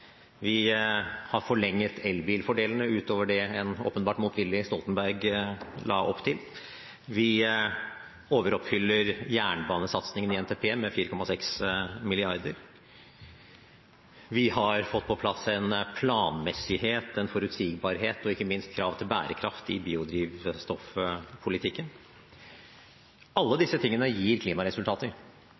Vi har forlenget elbilfordelene utover det en åpenbart motvillig Stoltenberg la opp til. Vi overoppfyller jernbanesatsingen i NTP med 4,6 mrd. kr. Vi har fått på plass en planmessighet, en forutsigbarhet og ikke minst krav til bærekraft i biodrivstoffpolitikken. Alle disse tingene gir klimaresultater.